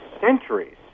centuries